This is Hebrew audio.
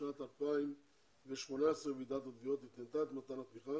בשנת 2018 ועידת התביעות התנתה את מתן התמיכה